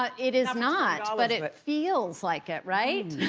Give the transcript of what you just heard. ah it is not, ah but it it feels like it right.